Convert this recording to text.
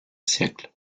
siècle